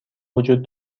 وجود